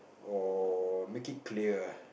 or make it clear ah